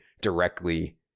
directly